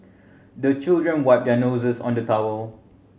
the children wipe their noses on the towel